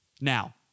now